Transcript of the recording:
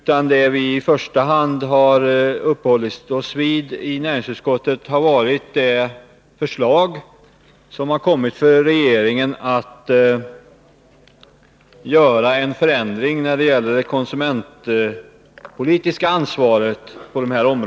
Vad vi i första hand uppehållit oss vid i näringsutskottet har varit de förslag som regeringen har lagt fram om en ändring av det konsumentpolitiska ansvaret i sammanhanget.